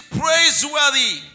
praiseworthy